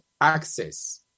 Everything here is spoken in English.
access